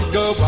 go